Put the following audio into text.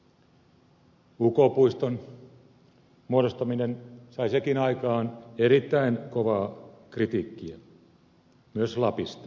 uk puiston muodostaminen sai sekin aikaan erittäin kovaa kritiikkiä myös lapista